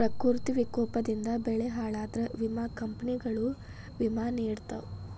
ಪ್ರಕೃತಿ ವಿಕೋಪದಿಂದ ಬೆಳೆ ಹಾಳಾದ್ರ ವಿಮಾ ಕಂಪ್ನಿಗಳು ವಿಮಾ ನಿಡತಾವ